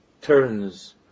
turns